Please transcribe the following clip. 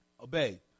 Obey